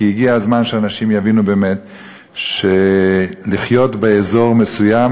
כי הגיע הזמן שאנשים יבינו באמת שלחיות באזור מסוים